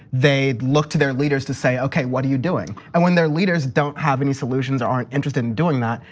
they look to their leaders to say okay, what are you doing? and when their leaders don't have any solutions or aren't interested in doing that,